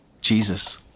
Jesus